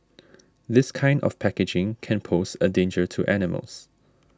this kind of packaging can pose a danger to animals